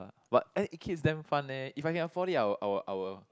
but eh kids damn fun leh if I can afford it I will I will